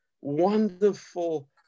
wonderful